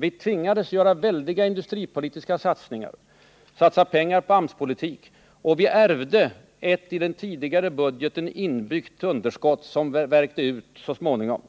Vi tvingades göra väldiga industripolitiska satsningar, att satsa på AMS-politik. Och vi ärvde ett i den tidigare budgeten inbyggt underskott som värkte ut så småningom.